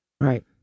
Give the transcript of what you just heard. Right